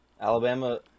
Alabama